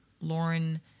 Lauren